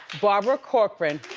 barbara corcoran.